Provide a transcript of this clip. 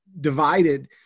divided